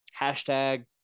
hashtag